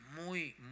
muy